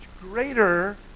greater